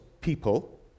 people